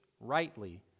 rightly